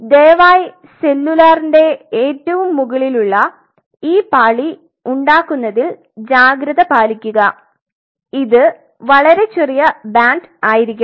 ദയവായി സെല്ലുലറിന്റെ ഏറ്റവും മുകളിലുള്ള ഈ പാളി ഉണ്ടാകുന്നതിൽ ജാഗ്രത പാലിക്കുക ഇത് വളരെ ചെറിയ ബാൻഡ് ആയിരിക്കണം